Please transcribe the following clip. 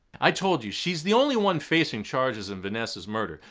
i told you, she's the only one facing charges in vanessa's murder,